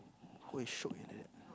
shiok like that